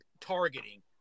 targeting